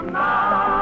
now